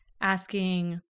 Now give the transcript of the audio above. asking